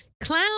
Clown